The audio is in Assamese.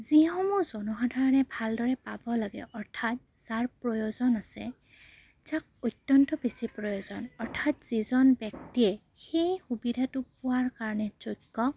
যিসমূহ জনসাধাৰণে ভালদৰে পাব লাগে অৰ্থাৎ যাৰ প্ৰয়োজন আছে যাক অত্যন্ত বেছি প্ৰয়োজন অৰ্থাৎ যিজন ব্যক্তিয়ে সেই সুবিধাটো পোৱাৰ কাৰণে যোগ্য